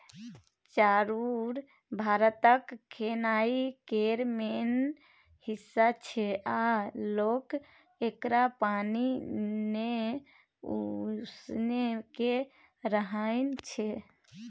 चाउर भारतक खेनाइ केर मेन हिस्सा छै आ लोक एकरा पानि मे उसनि केँ रान्हय छै